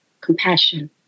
compassion